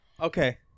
Okay